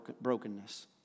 brokenness